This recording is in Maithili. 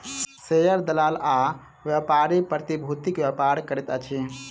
शेयर दलाल आ व्यापारी प्रतिभूतिक व्यापार करैत अछि